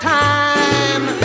time